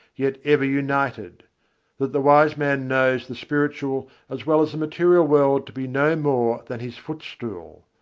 yet ever united that the wise man knows the spiritual as well as the material world to be no more than his footstool.